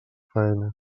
faena